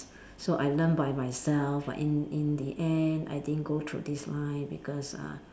so I learn by myself but in in the end I didn't go through this line because uh